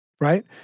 right